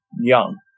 young